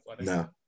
no